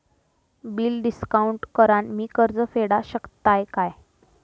Bill discount करान मी कर्ज फेडा शकताय काय?